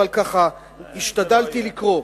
אבל השתדלתי לקרוא.